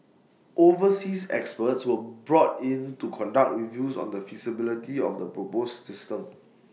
overseas experts were brought in to conduct reviews on the feasibility of the proposed system